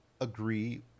agree